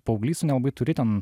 paauglys tu nelabai turi ten